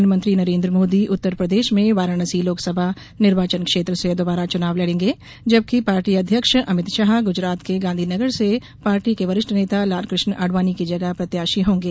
प्रधानमंत्री नरेन्द्र मोदी उत्तरप्रदेश में वाराणसी लोकसभा निर्वाचन क्षेत्र से दोबारा चुनाव लड़ेंगे जबकि पार्टी अध्यक्ष अमित शाह गुजरात के गांधी नगर से पार्टी के वरिष्ठ नेता लालकृष्ण आडवाणी की जगह प्रत्याशी होंगे